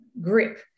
grip